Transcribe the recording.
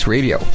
Radio